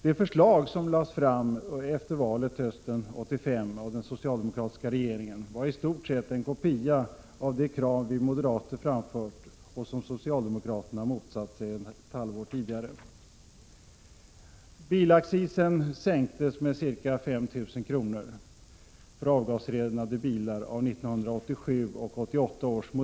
Det förslag som lades fram efter valet hösten 1985 av den socialdemokratiska regeringen var i stort sett en kopia av de krav som vi moderater framfört och som socialdemokraterna ett halvår tidigare motsatt sig.